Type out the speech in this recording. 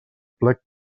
plec